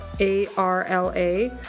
A-R-L-A